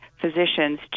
physicians